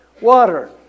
water